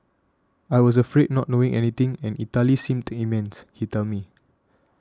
I was afraid not knowing anything and Italy seemed immense he tells me